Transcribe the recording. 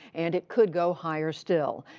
and it could go higher still.